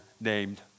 named